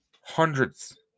hundreds